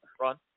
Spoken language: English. Ron